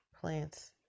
plants